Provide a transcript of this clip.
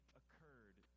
occurred